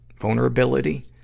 vulnerability